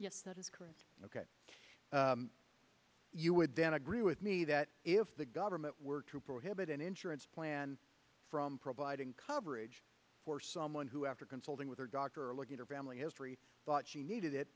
yes that is correct ok you would then agree with me that if the government were to prohibit an insurance plan from providing coverage for someone who after consulting with her doctor look at her family history but she needed it